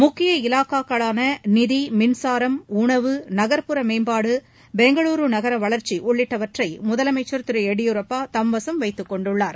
முக்கிய இலாக்காக்களான நிதி மின்சாரம் உணவு நகர்ப்புற மேம்பாடு பெங்களுரு நகர வளர்ச்சி உள்ளிட்டவற்றை முதலமைச்சர் திரு எடியூரப்பா தம் வசம் வைத்துக்கொண்டுள்ளார்